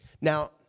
Now